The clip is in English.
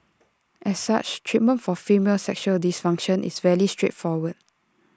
as such treatment for female sexual dysfunction is rarely straightforward